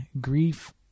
grief-